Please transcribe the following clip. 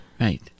Right